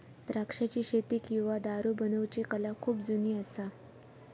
द्राक्षाची शेती किंवा दारू बनवुची कला खुप जुनी असा